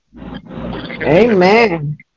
Amen